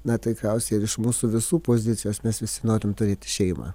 na tikriausiai ir iš mūsų visų pozicijos mes visi norim turėti šeimą